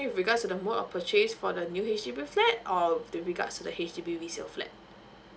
with regards to the mode of purchase for the new H_D_B flat or the regards to the H_D_B resale flat